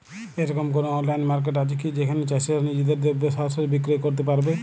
এরকম কোনো online market আছে কি যেখানে চাষীরা নিজেদের দ্রব্য সরাসরি বিক্রয় করতে পারবে?